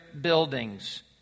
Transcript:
buildings